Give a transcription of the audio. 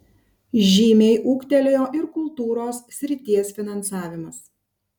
žymiai ūgtelėjo ir kultūros srities finansavimas